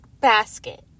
basket